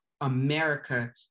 america